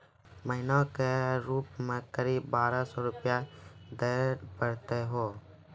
महीना के रूप क़रीब बारह सौ रु देना पड़ता है?